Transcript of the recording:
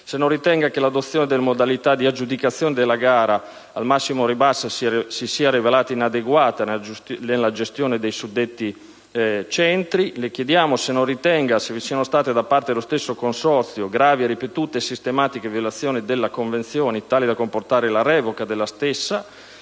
se non ritenga che l'adozione della modalità di aggiudicazione della gara secondo il meccanismo del massimo ribasso si sia rivelata inadeguata alla gestione dei suddetti centri. Chiediamo inoltre se non ritenga che vi siano state da parte dello stesso consorzio gravi, ripetute e sistematiche violazioni della convenzione, tali da comportare la revoca della stessa.